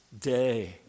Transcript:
day